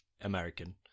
American